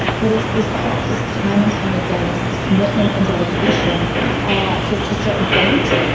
but it's this practice time and time again. it's this commitment and dedication ah to to certain things.